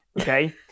Okay